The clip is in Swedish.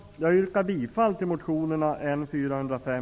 Jag yrkar bifall till motionerna N405